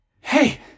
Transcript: Hey